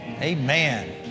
Amen